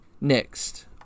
Next